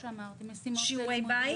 שיעורי בית?